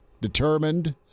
determined